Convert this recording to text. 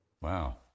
Wow